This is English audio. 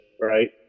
right